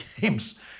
games